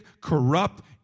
corrupt